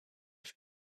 have